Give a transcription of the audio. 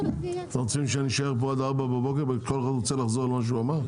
אתם רוצים שאני אישאר פה עד 4:00 וכל אחד רוצה לחזור על מה שהוא אמר?